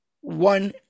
one